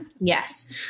Yes